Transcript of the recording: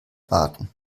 warten